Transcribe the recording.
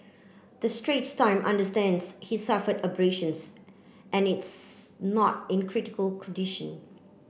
the Straits Time understands he suffered abrasions and it's not in critical condition